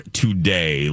today